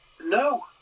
no